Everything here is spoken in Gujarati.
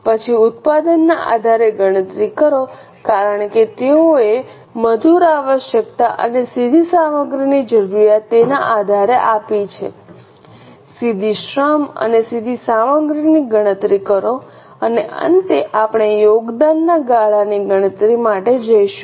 પછી ઉત્પાદનના આધારે ગણતરી કરો કારણ કે તેઓએ મજૂર આવશ્યકતા અને સીધી સામગ્રીની જરૂરિયાત તેના આધારે આપી છે સીધી શ્રમ અને સીધી સામગ્રીની ગણતરી કરો અને અંતે આપણે યોગદાનના ગાળાની ગણતરી માટે જઈશું